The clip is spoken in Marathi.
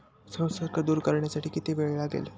संसर्ग दूर करण्यासाठी किती वेळ लागेल?